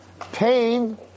Pain